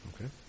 Okay